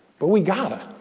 but we gotta,